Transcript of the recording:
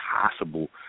possible